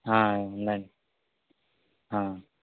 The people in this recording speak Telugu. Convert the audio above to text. ఉందండి